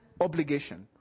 obligation